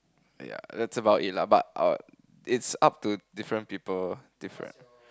ya that's about it lah but I it's up to different people different